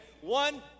One